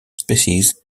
species